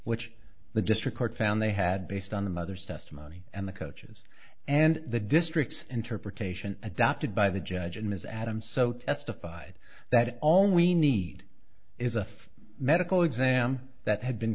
which the district court found they had based on the mother's testimony and the coaches and the district interpretation adopted by the judge and ms adams so testified that all we need is a medical exam that had been